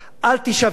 אל תישבר,